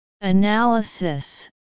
Analysis